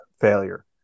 failure